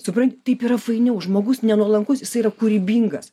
supranti taip yra fainiau žmogus nenuolankus jisai yra kūrybingas